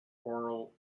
chorale